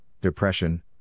depression